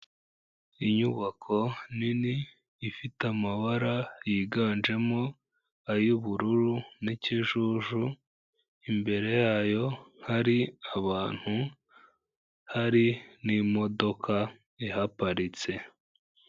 Inyubako nini ifite amabara yiganjemo ay'ubururu n'ikijuju, imbere yayo hari ahantu hari n'imodoka ihaparitse.